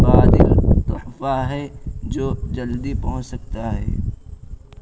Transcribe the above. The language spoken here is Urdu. ہے جو جلدی پہنچ سکتا ہے